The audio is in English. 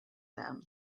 them